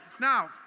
Now